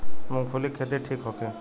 मूँगफली के खेती ठीक होखे?